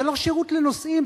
זה לא שירות לנוסעים,